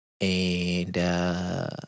And-